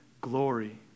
glory